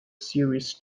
serious